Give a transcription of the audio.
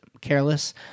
Careless